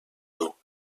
tôt